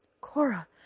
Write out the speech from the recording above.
Cora